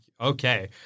okay